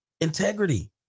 integrity